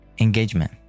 engagement